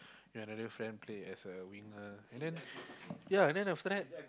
your another friend play as a winger and then ya then after that